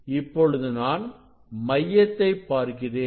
இப்பொழுது நான் மையத்தை பார்க்கிறேன்